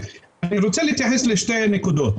אני רוצה להתייחס לשתי נקודות.